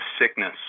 sickness